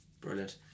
Brilliant